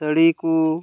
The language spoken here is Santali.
ᱥᱟᱹᱲᱤ ᱠᱚ